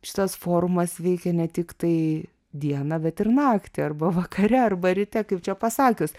šitas forumas veikia ne tiktai dieną bet ir naktį arba vakare arba ryte kaip čia pasakius